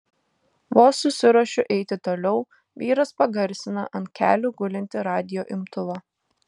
vos susiruošiu eiti toliau vyras pagarsina ant kelių gulintį radijo imtuvą